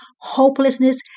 hopelessness